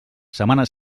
setmana